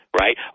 Right